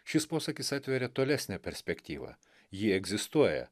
šis posakis atveria tolesnę perspektyvą ji egzistuoja